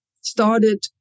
started